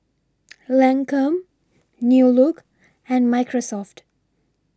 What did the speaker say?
Lancome New Look and Microsoft